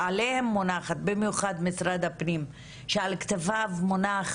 במיוחד משרד הפנים שעל כתפיו מונח